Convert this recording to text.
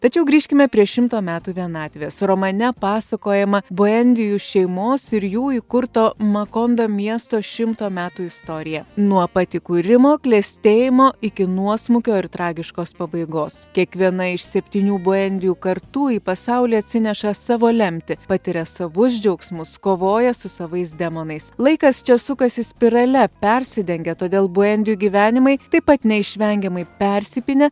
tačiau grįžkime prie šimto metų vienatvės romane pasakojama buendijų šeimos ir jų įkurto makonda miesto šimto metų istoriją nuo pat įkūrimo klestėjimo iki nuosmukio ir tragiškos pabaigos kiekviena iš septynių buendijų kartų į pasaulį atsineša savo lemtį patiria savus džiaugsmus kovoja su savais demonais laikas čia sukasi spirale persidengia todėl buendijų gyvenimai taip pat neišvengiamai persipynę